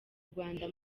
rwanda